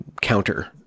counter